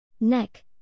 neck